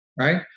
right